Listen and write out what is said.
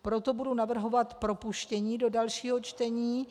Proto budu navrhovat propuštění do dalšího čtení.